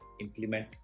implement